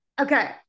Okay